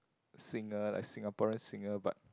singer like Singaporean singer but